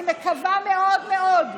אני מקווה מאוד מאוד,